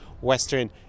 western